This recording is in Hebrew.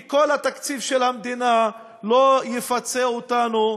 כי כל התקציב של המדינה לא יפצה אותנו,